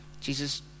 Jesus